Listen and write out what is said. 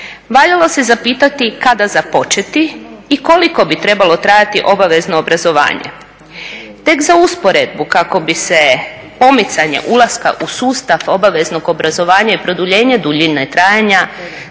Valjalo se zapitati kada započeti i koliko bi trebalo trajati obavezno obrazovanje. Tek za usporedbu kako bi se pomicanje ulaska u sustav obaveznog obrazovanja i produljenje duljine trajanja